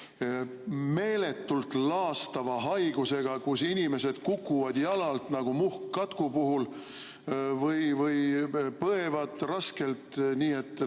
meeletult laastava haigusega, kus inimesed kukuvad jalalt nagu muhkkatku puhul või põevad raskelt, nii et